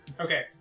Okay